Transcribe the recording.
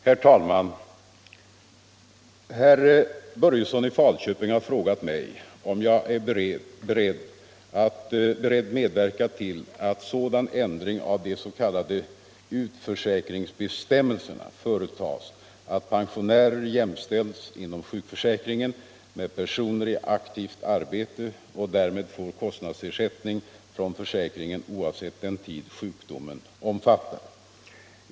Herr talman! Herr Börjesson i Falköping har frågat mig om jag är beredd medverka till att sådan ändring av de s.k. utförsäkringsbestämmelserna företas att pensionärer jämställs inom sjukförsäkringen med personer i aktivt arbete och därmed får kostnadsersättning från försäkringen oavsett den tid sjukdomen omfattar.